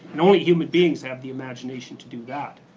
and only human beings have the imagination to do that.